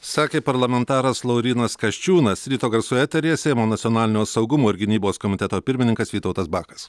sakė parlamentaras laurynas kasčiūnas ryto garsų etery seimo nacionalinio saugumo ir gynybos komiteto pirmininkas vytautas bakas